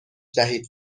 دهید